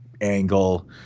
angle